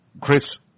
Chris